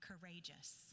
courageous